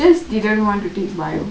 just didn't want to take bio